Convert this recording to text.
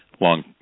long